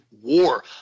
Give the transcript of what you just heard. war